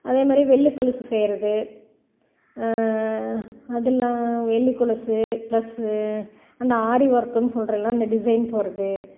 அதேமாரி வெள்ளி கொலுசு செய்கிறது அதில் வெள்ளி கொலுசு ப்ளஸ்ஸு அந்த ஆரி ஒர்க்குன்னு சொல்கிறோல்ல அந்த டிசைன் போடுறது